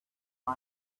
can